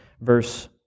verse